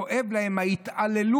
שכואבת להן ההתעללות